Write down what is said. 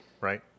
right